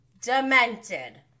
demented